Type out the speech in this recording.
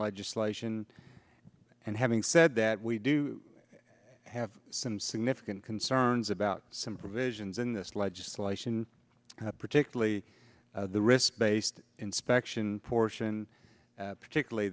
legislation and having said that we do have some significant concerns about some provisions in this legislation particularly the risk based inspection portion particularly